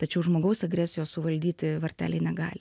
tačiau žmogaus agresijos suvaldyti varteliai negali